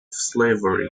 slavery